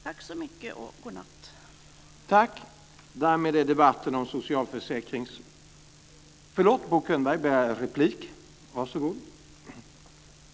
Tack så mycket och god natt!